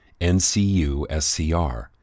NCUSCR